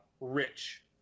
rich